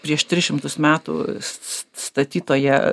prieš tris šimtus metų statytoje